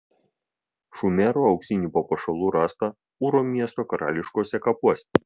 šumerų auksinių papuošalų rasta ūro miesto karališkuosiuose kapuose